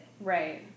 Right